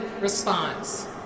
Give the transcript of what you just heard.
Response